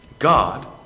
God